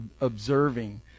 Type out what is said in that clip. observing